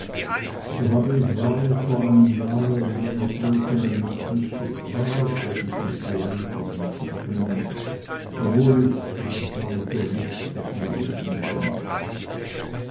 so habe ich wahrlich vor einem jahre in jener trunkenen nacht nicht geprahlt als ich mich berühmte sie zu kennen obwohl ich heilsamer für mich davon geschwiegen hätte